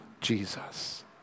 Jesus